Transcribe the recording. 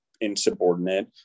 insubordinate